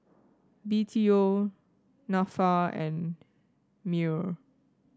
B T O NAFA and MEWR